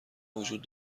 وجود